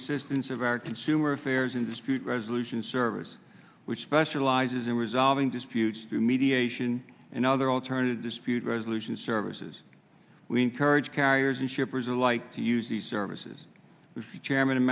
assistance of our consumer affairs in dispute resolution service which specializes in resolving disputes through mediation and other alternative dispute resolution services we encourage carriers and shippers alike to use these services if you chairman and